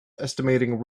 estimating